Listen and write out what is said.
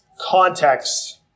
context